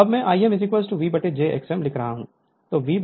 अब मैं I mVj X mलिख रहा हूं